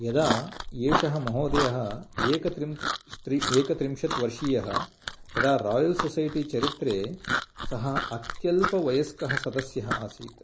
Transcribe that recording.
यदा एषः महोदयः एकत्रिंत् त्रिम् एक त्रिंशत् वर्षीयः तदा रायल् सोसैटि चरित्रे सः अत्यल्पः वयस्कः सदस्यः आसीत्